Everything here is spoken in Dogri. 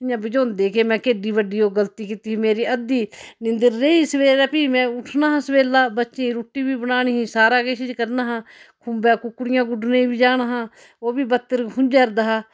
इ'यां बझोंदे के में केड्डी बड्डी ओह् गलती कीती मेरी अद्धी नींदर रेही सवेरे में फ्ही उट्ठना हा सवेल्ला बच्चे दी रुट्टी बी बनानी ही सारा किश करना हा खुंबै कुकडियां गुड्डने बी जाना हा ओह् बी बत्तर खुंजा'रदा हा